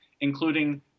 including